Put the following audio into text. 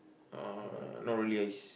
uh not really it's